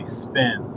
spin